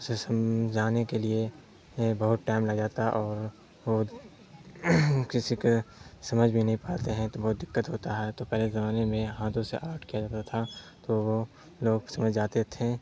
اسے سمجھانے کے لیے بہت ٹائم لگ جاتا اور وہ کسی کے سمجھ بھی نہیں پاتے ہیں تو بہت دقت ہوتا ہے تو پہلے زمانے میں ہاتھوں سے آرٹ کیا جاتا تھا تو وہ لوگ سمجھ جاتے تھے